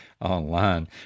online